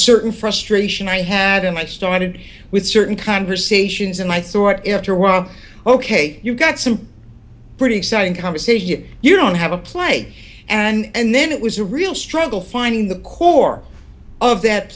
certain frustration i had and i started with certain conversations and i thought after a while ok you've got some pretty exciting conversation you don't have a play and then it was a real struggle finding the core of that